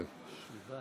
הוא לא יושב,